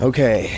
Okay